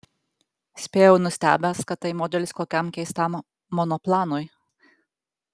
spėjau nustebęs kad tai modelis kokiam keistam monoplanui